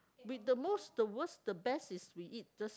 we the most the worst the best is we eat just